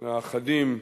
בעיני אחדים,